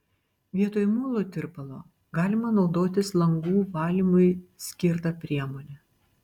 vietoj muilo tirpalo galima naudotis langų valymui skirta priemone